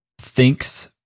thinks